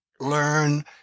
learn